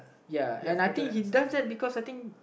ya and I think he does that because I think